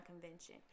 Convention